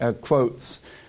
quotes